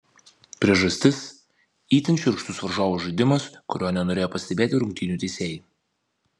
priežastis itin šiurkštus varžovų žaidimas kurio nenorėjo pastebėti rungtynių teisėjai